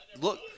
Look